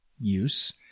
use